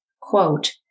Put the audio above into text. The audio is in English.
quote